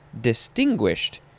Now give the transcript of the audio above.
distinguished